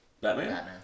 Batman